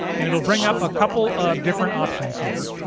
and it'll bring up a couple of different options here.